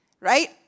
Right